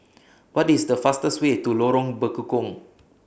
What IS The fastest Way to Lorong Bekukong